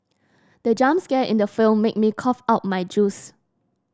the jump scare in the film made me cough out my juice